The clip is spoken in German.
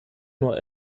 nur